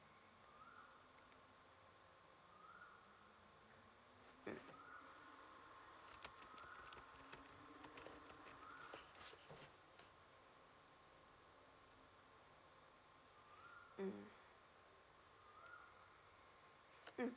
mm mm mm